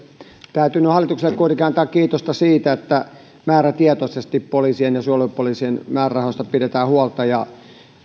täytyy nyt hallitukselle kuitenkin antaa kiitosta siitä että määrätietoisesti poliisin ja suojelupoliisin määrärahoista pidetään huolta